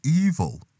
evil